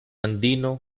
andino